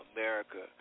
America